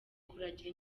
kuragira